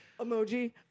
emoji